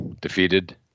defeated